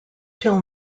till